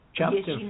chapter